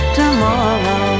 tomorrow